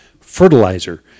fertilizer